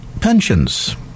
pensions